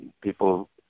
people